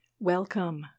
Welcome